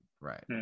right